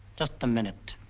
just a minute.